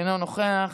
אינו נוכח,